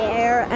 air